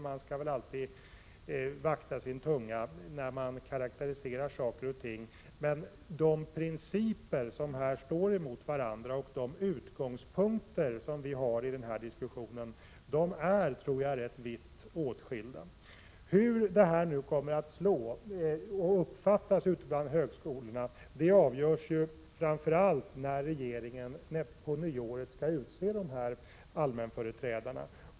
Man skall alltid vakta sin tunga när man karakteriserar saker och ting, men jag tror att de principer som här står mot varandra och de utgångspunkter som vi har i denna diskussion är rätt vitt åtskilda. Hur den nya ordningen kommer att slå och uppfattas ute på högskolorna avgörs framför allt när regeringen på nyåret skall utse allmänföreträdarna.